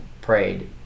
prayed